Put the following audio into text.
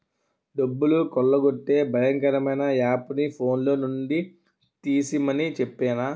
డబ్బులు కొల్లగొట్టే భయంకరమైన యాపుని ఫోన్లో నుండి తీసిమని చెప్పేనా